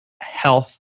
health